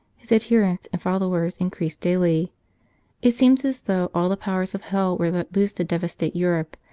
his adherents and followers in creased daily it seemed as though all the powers of hell were let loose to devastate europe,